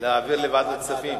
להעביר לוועדת הכספים.